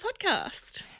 podcast